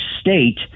state